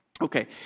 Okay